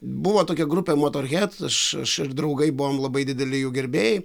buvo tokia grupė motorhet aš aš ir draugai buvom labai dideli jų gerbėjai